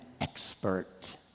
expert